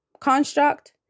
construct